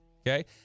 Okay